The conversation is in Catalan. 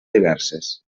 diverses